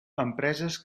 empreses